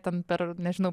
ten per nežinau